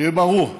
שיהיה ברור,